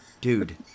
Dude